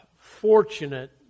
fortunate